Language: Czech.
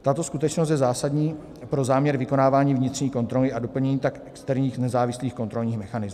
Tato skutečnost je zásadní pro záměr vykonávání vnitřní kontroly a doplnění tak externích nezávislých kontrolních mechanismů.